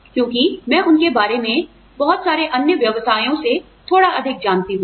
क्योंकि मैं उनके बारे मे बहुत सारे अन्य व्यवसायों से थोड़ा अधिक जानती हूँ